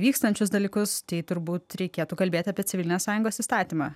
vykstančius dalykus tai turbūt reikėtų kalbėti apie civilinės sąjungos įstatymą